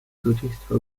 złodziejstwo